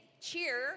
cheer